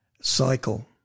cycle